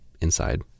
inside